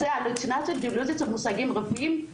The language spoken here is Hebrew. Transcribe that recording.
הלוצינציות ודלוזיות הם מושגים רפואיים,